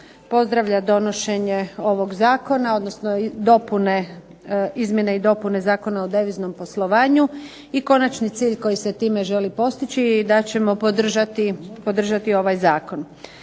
pozdravlja izmjene i dopune Zakona o deviznom poslovanju i konačni cilj koji se time želi postići da ćemo podržati ovaj Zakon.